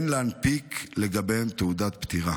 סעיף 30 לחוק קובע כי תעודת פטירה